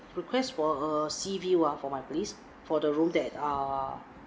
request for a sea view ah for my place for the room that uh